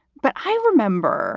but i remember